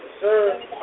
Sir